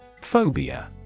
Phobia